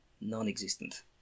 non-existent